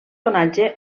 onatge